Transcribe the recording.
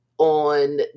on